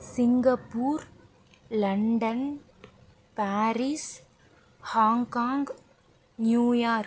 Singapore London Paris Hong Kong New York